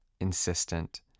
insistent